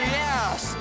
yes